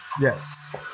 Yes